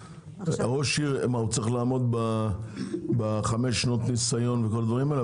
ראש עיר צריך לעמוד בחמש שנות ניסיון וכל הדברים האלה?